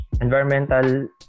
Environmental